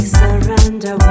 surrender